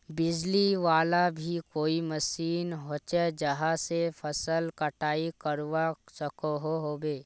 बिजली वाला भी कोई मशीन होचे जहा से फसल कटाई करवा सकोहो होबे?